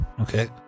okay